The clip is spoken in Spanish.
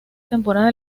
temporada